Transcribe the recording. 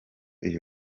iyo